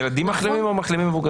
ילדים מחלימים או מחלימים מבוגרים?